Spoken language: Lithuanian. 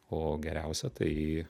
o geriausia tai